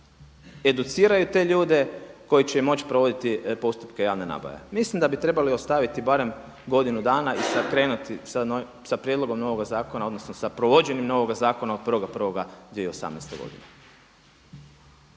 educiraju te ljude koji će moći provoditi postupke javne nabave. Mislim da bi trebali ostaviti barem godinu dana i krenuti s prijedlogom novoga zakona odnosno s provođenjem novog zakona od 1.1.2018.